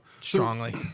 Strongly